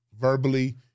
verbally